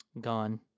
Gone